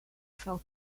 felt